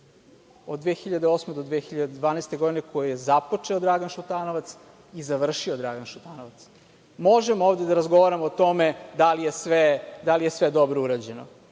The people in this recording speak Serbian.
od 2008. do 2012. godine koju je započeo Dragan Šutanovac i završio Dragan Šutanovac. Možemo ovde da razgovaramo o tome da li je sve dobro urađeno.